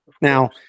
Now